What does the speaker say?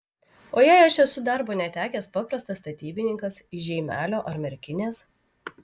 o jei aš esu darbo netekęs paprastas statybininkas iš žeimelio ar merkinės